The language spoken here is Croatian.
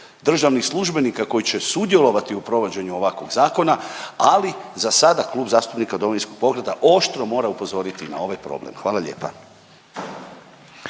državnih službenika koji će sudjelovati u provođenju ovakvog zakona, ali za sada Klub zastupnika Domovinskog pokreta oštro mora upozoriti na ovaj problem. Hvala lijepa.